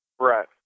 Right